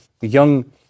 young